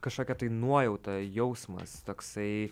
kažkokia nuojauta jausmas toksai